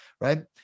right